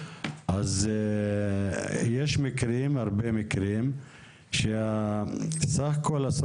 אז יש הרבה מקרים שבסך הכל המצב